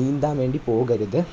നീന്താന് വേണ്ടി പോകരുത്